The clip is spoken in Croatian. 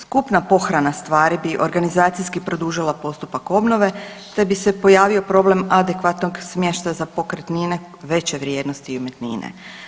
Skupna pohrana stvari bi organizacijski produžila postupak obnove te bi se pojavio problem adekvatnog smještaja za pokretnine veće vrijednosti i umjetnine.